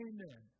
Amen